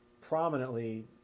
prominently